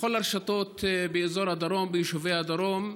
בכל הרשתות באזור הדרום, ביישובי הדרום,